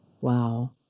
wow